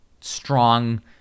strong